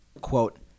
quote